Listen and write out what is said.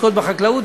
שעוסקות בחקלאות,